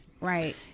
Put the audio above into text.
Right